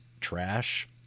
trash